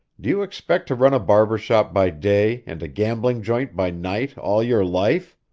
do you expect to run a barber shop by day and a gambling joint by night all your life?